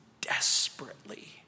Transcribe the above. desperately